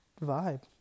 vibe